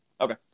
Okay